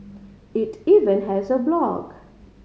it even has a blog